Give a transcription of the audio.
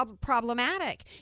problematic